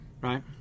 Right